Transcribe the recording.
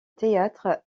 théâtre